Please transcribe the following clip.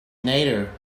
neither